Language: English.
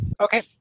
Okay